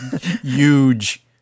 huge